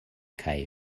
kaj